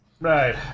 Right